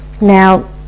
Now